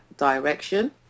direction